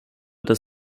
das